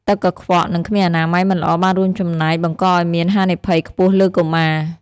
ទឹកកង្វក់ និងគ្មានអនាម័យមិនល្អបានរួមចំណែកបង្កឱ្យមានហានិភ័យខ្ពស់លើកុមារ។